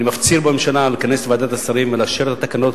אני מפציר בממשלה לכנס את ועדת השרים ולאשר את התקנות,